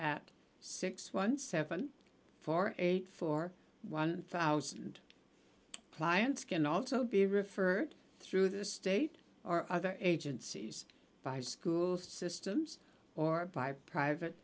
at six one seven four eight four one thousand clients can also be referred through the state or other agencies by school systems or by private